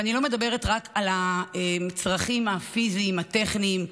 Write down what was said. ואני לא מדברת רק על הצרכים הפיזיים, הטכניים.